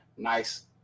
Nice